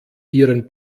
ihren